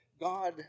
God